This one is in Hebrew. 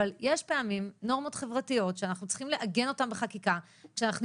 אבל יש נורמות חברתיות שאנחנו צריכים לעגן אותן בחקיקה כשאנחנו